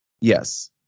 Yes